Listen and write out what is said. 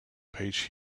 page